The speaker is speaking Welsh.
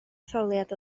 etholiad